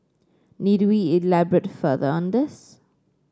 need we elaborate further on this